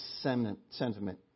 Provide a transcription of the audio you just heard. sentiment